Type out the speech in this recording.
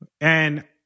And-